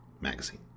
magazine